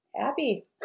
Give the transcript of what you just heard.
happy